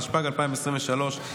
התשפ"ג 2023,